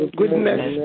goodness